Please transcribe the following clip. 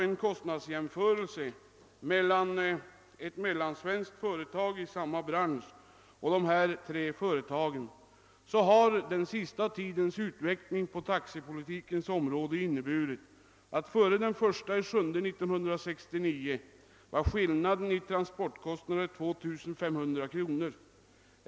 En kostnadsjämförelse mellan ett mellansvenskt företag i samma bransch och dessa tre företag visar följande siffror beträffande taxepolitikens utveckling under den senaste tiden. Före den i juli 1969 var skillnaden i transportkostnader 2500 kronor.